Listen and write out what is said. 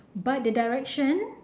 but the direction